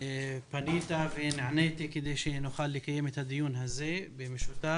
פנית ונעניתי כדי שנוכל לקיים את הדיון הזה במשותף.